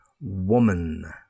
Woman